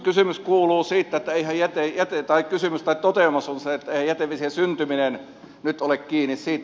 kysymys tai toteamus on se että ei jäteve sien syntyminen nyt ole kiinni siitä